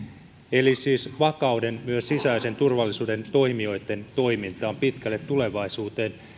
eli siis vakauden myös sisäisen turvallisuuden toimijoitten toimintaan pitkälle tulevaisuuteen